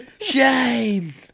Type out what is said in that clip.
Shame